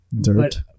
Dirt